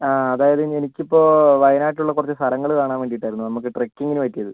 അതായത് എനിക്കിപ്പോൾ വയനാട്ടിലുള്ള കുറച്ച് സ്ഥലങ്ങൾ കാണാൻ വേണ്ടിയിട്ടായിരുന്നു നമുക്ക് ട്രെക്കിങ്ങിന് പറ്റിയത്